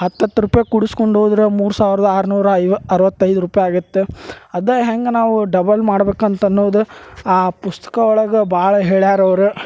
ಹತ್ತತ್ತು ರೂಪಾಯಿ ಕೂಡಿಸ್ಕೊಂಡು ಹೋದ್ರೆ ಮೂರು ಸಾವಿರದ ಆರು ನಾರ ಐವ ಅರವತ್ತು ಐದು ರೂಪಾಯಿ ಆಗತ್ತೆ ಅದಾ ಹೆಂಗೆ ನಾವು ಡಬಲ್ ಮಾಡ್ಬೇಕಂತ ಅನ್ನೋದು ಆ ಪುಸ್ತಕ ಒಳಗೆ ಭಾಳ ಹೇಳ್ಯಾರ ಅವ್ರು